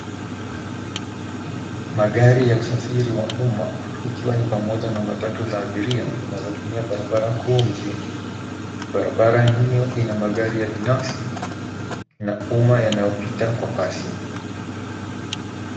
Magari ya usafiri wa umma ikiwa ni pamoja na matatu za abiria zinazotumia barabara kuu mjini. Barabara hio ina magari ya binafsi na umma yanayopita kwa kasi.